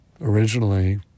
originally